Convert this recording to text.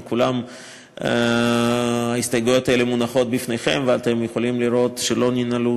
הן כולן מונחות לפניכם ואתם יכולים לראות שלא ננעלו